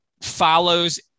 follows